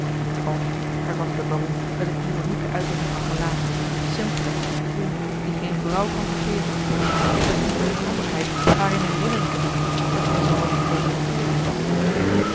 och hervatte de baron met eene ironieke uitdrukking van gelaat simpellijk om eene crime die geene vrouw kan vergeven ik beging de onhandigheid haar in herinnering te brengen dat zij zoo wat over de veertig is